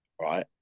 right